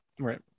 right